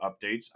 updates